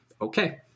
Okay